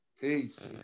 Peace